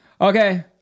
okay